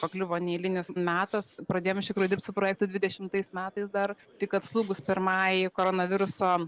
pakliuvo neeilinis metas pradėjom iš tikrųjų dirbt su projektu dvidešimtais metais dar tik atslūgus pirmajai koronaviruso